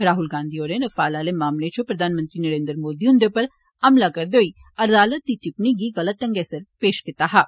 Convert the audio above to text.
राहुल गांधी होरें रफाल आले मामले च प्रधानमंत्री नरेंद्र मोदी हुंदे उप्पर हमला करदे होई अदालतै दी टिप्पणी गी गलत ढंगै सिर पेश कीता हा